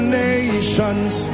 nations